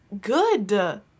good